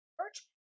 church